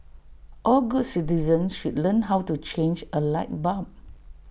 all good citizens should learn how to change A light bulb